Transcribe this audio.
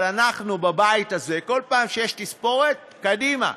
אבל אנחנו בבית הזה, כל פעם שיש תספורת, קדימה,